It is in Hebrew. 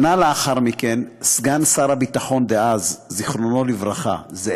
שנה לאחר מכן, סגן שר הביטחון דאז, זאב בוים,